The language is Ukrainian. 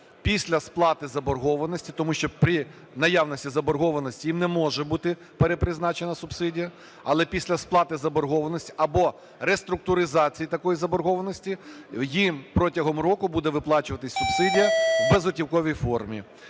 після сплати заборгованості, тому що при наявності заборгованості їм не може бути перепризначена субсидія, але після сплати заборгованості або реструктуризації такої заборгованості їм протягом року буде виплачуватися субсидія в безготівковій формі.